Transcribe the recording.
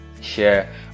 share